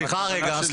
לעכשיו